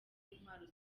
intwaro